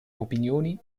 opinioni